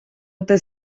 ote